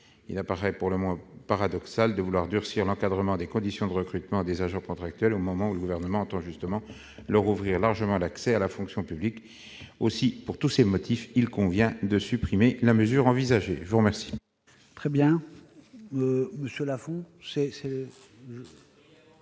Il apparaît pour le moins paradoxal de vouloir durcir l'encadrement des conditions de recrutement des agents contractuels au moment où le Gouvernement entend justement leur ouvrir largement l'accès à la fonction publique. Pour tous ces motifs, il convient de supprimer la mesure envisagée. La parole